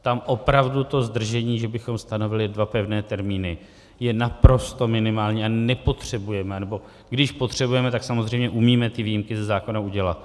Tam opravdu to zdržení, že bychom stanovili dva pevné termíny, je naprosto minimální a nepotřebujeme anebo když potřebujeme, tak samozřejmě umíme ty výjimky ze zákona udělat.